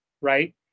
right